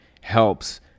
helps